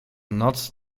noc